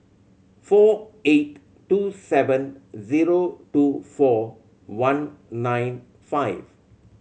four eight two seven zero two four one nine five